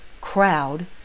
crowd